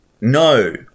No